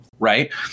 Right